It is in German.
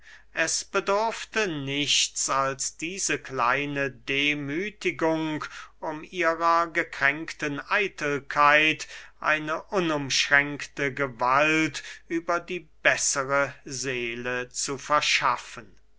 es bedurfte nichts als diese kleine demüthigung um ihrer gekränkten eitelkeit eine unumschränkte gewalt über die bessere seele zu verschaffen